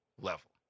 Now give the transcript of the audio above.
level